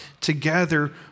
together